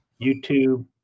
YouTube